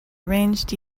arranged